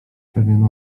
pewien